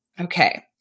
Okay